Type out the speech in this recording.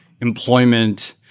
employment